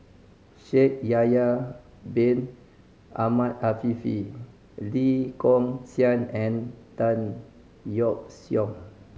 Shaikh Yahya Bin Ahmed Afifi Lee Kong Chian and Tan Yeok Seong